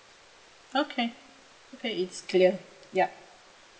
okay okay it's clear yup